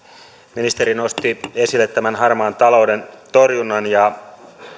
ministeri nosti esille harmaan talouden torjunnan ja